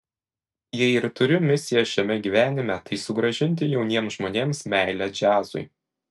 jei ir turiu misiją šiame gyvenime tai sugrąžinti jauniems žmonėms meilę džiazui